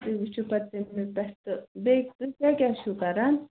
تُہۍ وٕچھِو پتہٕ تَمی پٮ۪ٹھ تہٕ بیٚیہِ تُہۍ کیٛاہ کیٛاہ چھُو کَران